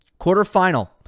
Quarterfinal